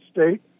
State